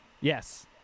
Yes